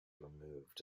removed